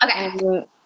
Okay